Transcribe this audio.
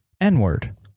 n-word